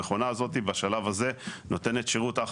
המכונה הזאת בשלב הזה נותנת שירות אך